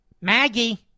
Maggie